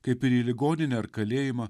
kaip ir į ligoninę ar kalėjimą